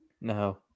No